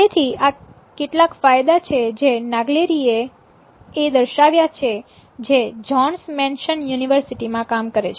તેથી આ કેટલાક ફાયદા છે જે નાગલેરી એ દર્શાવ્યા છે જે જોન્સ મેનશન યુનિવર્સિટી માં કામ કરે છે